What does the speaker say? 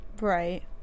Right